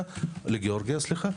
בדיון,